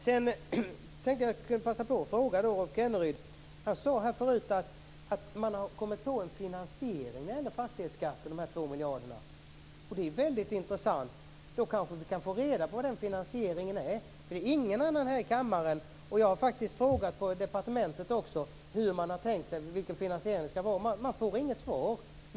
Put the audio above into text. Jag tänkte passa på att ställa en fråga till Rolf Kenneryd. Han sade tidigare att man har kommit på en finansiering när det gäller sänkningen av fastighetsskatten - de 2 miljarderna. Det är väldigt intressant. Då kanske vi kan få reda på vad det är för finansiering. Det är ingen annan här i kammaren som vet det. Jag har faktiskt även frågat på departementet hur man skall finansiera fastighetsskatten. Men jag har inte fått något svar.